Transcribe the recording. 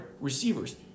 receivers